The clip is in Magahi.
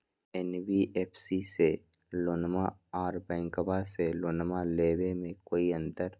एन.बी.एफ.सी से लोनमा आर बैंकबा से लोनमा ले बे में कोइ अंतर?